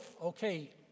okay